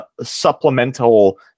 supplemental